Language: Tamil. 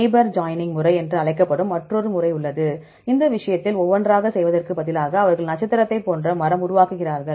நெய்பர் ஜாயினிங் முறை என்று அழைக்கப்படும் மற்றொரு முறை உள்ளது இந்த விஷயத்தில் ஒவ்வொன்றாக செல்வதற்கு பதிலாக அவர்கள் நட்சத்திரத்தை போன்ற மரம் உருவாக்குகிறார்கள்